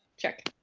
check.